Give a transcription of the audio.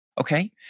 Okay